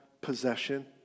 possession